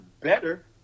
better